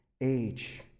age